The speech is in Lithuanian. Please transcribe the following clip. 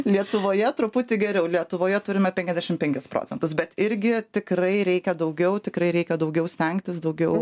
lietuvoje truputį geriau lietuvoje turime penkiasdešimt penkis procentus bet irgi tikrai reikia daugiau tikrai reikia daugiau stengtis daugiau